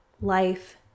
life